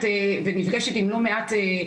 היה איזה שהוא רוגע מסוים,